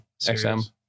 XM